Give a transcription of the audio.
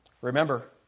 Remember